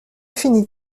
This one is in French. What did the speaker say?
finis